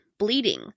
bleeding